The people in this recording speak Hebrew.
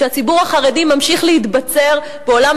כשהציבור החרדי ממשיך להתבצר בעולם